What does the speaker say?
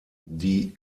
die